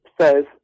says